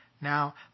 Now